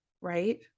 right